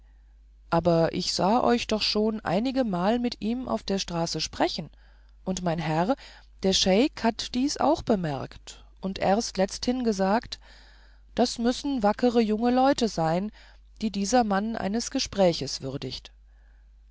aber ich sah euch doch schon einigemal mit ihm auf der straße sprechen und mein herr der scheik hat dies auch bemerkt und erst letzthin gesagt das müssen wackere junge leute sein die dieser mann eines gespräches würdigt